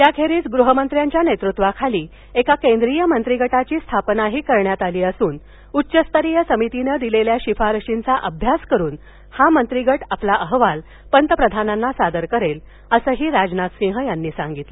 याखेरीज गृहमंत्र्यांच्या नेतृत्वाखाली एका केंद्रीय मंत्रिगटाची स्थापनाही करण्यात आली असून उच्चस्तरीय समितीनं दिलेल्या शिफारशींचा अभ्यास करून हा मंत्रिगट आपला अहवाल पंतप्रधानांना सादर करेल असंही राजनाथसिंह यांनी सांगितलं